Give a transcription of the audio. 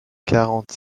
quarante